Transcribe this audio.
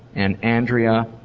and andrea,